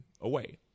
away